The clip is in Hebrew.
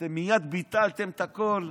מייד ביטלתם את הכול.